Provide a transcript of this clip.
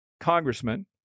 congressman